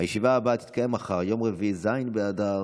הישיבה הבאה תתקיים מחר, יום רביעי ח' באדר